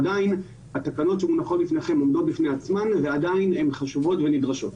עדיין התקנות שמונחות בפניכם הן לא בפני עצמן ועדיין הן חשובות ונדרשות.